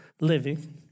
living